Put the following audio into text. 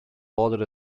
bolted